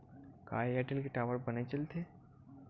का एयरटेल के टावर बने चलथे?